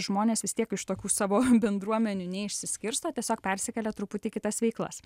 žmonės vis tiek iš tokių savo bendruomenių neišsiskirsto tiesiog persikelia truputį kitas veiklas